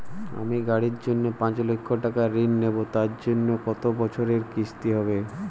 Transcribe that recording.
আমি গাড়ির জন্য পাঁচ লক্ষ টাকা ঋণ নেবো তার জন্য কতো বছরের কিস্তি হবে?